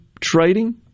trading